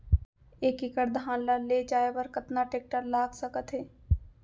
एक एकड़ धान ल ले जाये बर कतना टेकटर लाग सकत हे?